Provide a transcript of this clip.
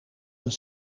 een